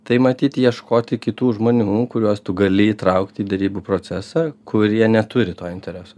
tai matyt ieškoti kitų žmonių kuriuos tu gali įtraukt į derybų procesą kurie neturi to intereso